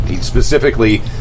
specifically